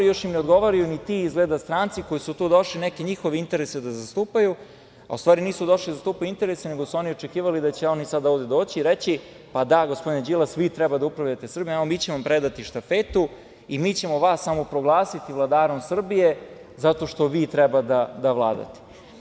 Još im ne odgovaraju ni ti, izgleda, stranci koji su tu došli neke njihove interese da zastupaju, a u stvari nisu došli da zastupaju interese, nego su oni očekivali da će oni sada ovde doći i reći – pa da, gospodine Đilas, vi treba da upravljate Srbijom, evo, mi ćemo vam predati štafetu i mi ćemo vas samo proglasiti vladarom Srbije zato što vi treba da vladate.